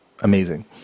amazing